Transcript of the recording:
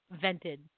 vented